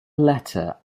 letter